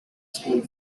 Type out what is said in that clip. school